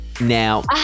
Now